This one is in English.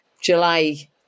July